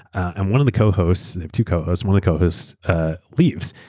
and one of the co-hosts, two co-hosts, one of the co-hosts ah leaves.